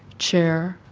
chair,